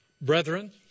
brethren